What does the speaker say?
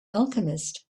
alchemist